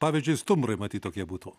pavyzdžiui stumbrai matyt tokie būtų